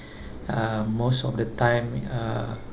uh most of the time uh